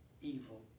evil